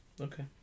Okay